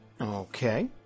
Okay